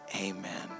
amen